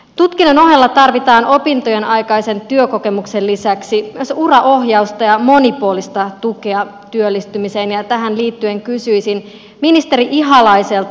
tutkinnon ohella tarvitaan opintojen aikaisen työkokemuksen lisäksi myös uraohjausta ja monipuolista tukea työllistymiseen ja tähän liittyen kysyisin ministeri ihalaiselta